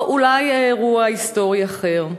או אולי אירוע היסטורי אחר.